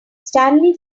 stanley